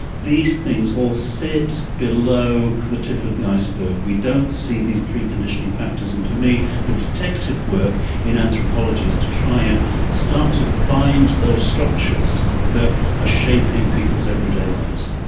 these things all sit below the tip of the iceberg. we don't see these preconditioning factors, and for me the detective work in anthropology is to try and start to find those structures that are ah shaping people's everyday lives.